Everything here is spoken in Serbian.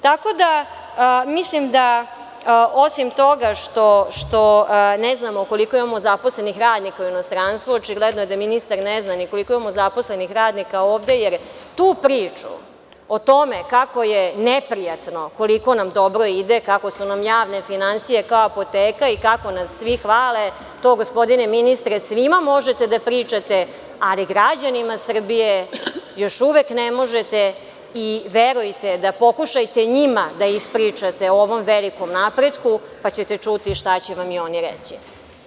Tako da mislim da osim toga što ne znamo koliko imamo zaposlenih radnika u inostranstvu, očigledno je da ministar ne zna ni koliko imamo zaposlenih radnika ovde, jer tu priču o tome kako je neprijatno koliko nam dobro ide, kako su nam javne finansije kao apoteka i kako nas svih hvale, to gospodine ministre svima možete da pričate, ali građanima Srbije još uvek ne možete i verujte i pokušajte njima da ispričate o ovom velikom napretku pa ćete čuti šta će vam oni reči.